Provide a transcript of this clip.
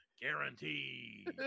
Guaranteed